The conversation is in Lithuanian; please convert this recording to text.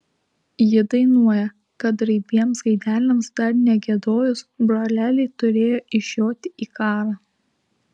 ji dainuoja kad raibiems gaideliams dar negiedojus broleliai turėjo išjoti į karą